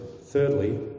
Thirdly